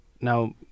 Now